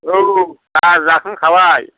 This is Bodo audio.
औ आंहा जाखांखाबाय